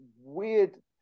weird